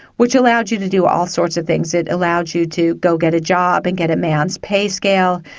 which allowed you to do all sorts of things. it allowed you to go get a job and get a man's pay scale,